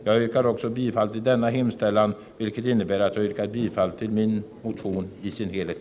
Jag yrkar bifall också till denna hemställan, vilket innebär att jag yrkar bifall till motionen i dess helhet.